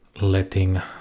letting